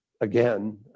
again